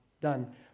Done